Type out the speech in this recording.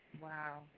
Wow